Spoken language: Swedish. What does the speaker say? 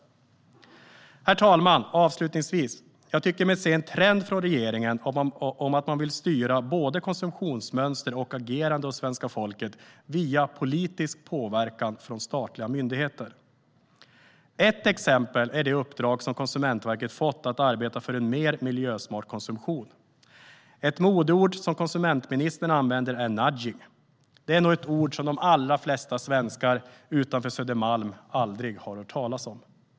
Herr talman! Avslutningsvis: Jag tycker mig se en trend från regeringen om att man vill styra både konsumtionsmönster och agerande hos svenska folket via politisk påverkan från statliga myndigheter. Ett exempel är det uppdrag som Konsumentverket har fått att arbeta för en mer miljösmart konsumtion. Ett modeord som konsumentministern använder är nudging. Det är ett ord som nog de allra flesta svenskar utanför Södermalm aldrig har hört talas om.